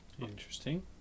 interesting